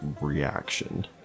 reaction